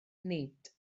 nid